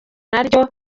naryo